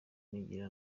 n’igihe